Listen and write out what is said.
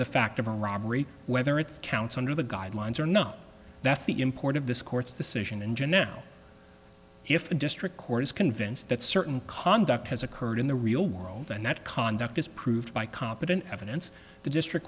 the fact of a robbery whether it's counts under the guidelines or no that's the import of this court's decision and jeanette if the district court is convinced that certain conduct has occurred in the real world and that conduct is proved by competent evidence the district